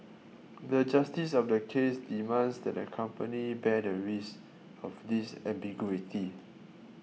the justice of the case demands that the company bear the risk of this ambiguity